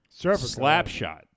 Slapshot